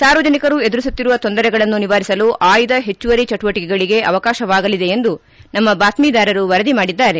ಸಾರ್ವಜನಿಕರು ಎದುರಿಸುತ್ತಿರುವ ತೊಂದರೆಗಳನ್ನು ನಿವಾರಿಸಲು ಅಯ್ದ ಹೆಚ್ಚುವರಿ ಚಟುವಟಿಕೆಗಳಗೆ ಅವಕಾಶವಾಗಲಿದೆ ಎಂದು ನಮ್ನ ಬಾತ್ಸೀದಾರರು ವರದಿಮಾಡಿದ್ದಾರೆ